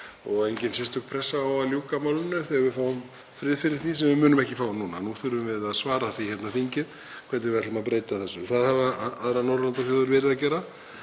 og engin sérstök pressa á að ljúka málinu þegar við fáum frið fyrir því, sem við munum ekki fá núna. Nú þurfum við að svara því hérna, þingið, hvernig við ætlum að breyta þessu. Það hafa aðrar Norðurlandaþjóðir verið að gera.